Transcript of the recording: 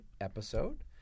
episode